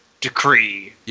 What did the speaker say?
decree